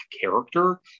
character